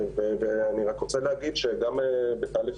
ואני רק רוצה להגיד שגם את תהליך